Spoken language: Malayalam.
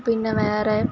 പിന്നെ വേറെ